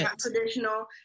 traditional